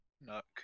Nook